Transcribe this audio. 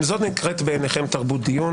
אם זאת נקראת בעיניכם תרבות דיון